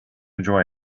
enjoy